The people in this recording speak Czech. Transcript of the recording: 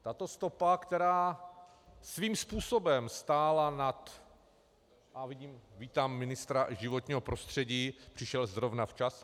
Tato stopa, která svým způsobem stála nad vítám ministra životního prostředí, přišel zrovna včas.